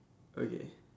okay